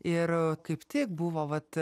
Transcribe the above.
ir kaip tik buvo vat